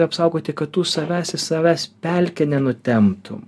apsaugoti kad tu savęs į savęs pelkę nenutemptų